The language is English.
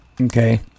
Okay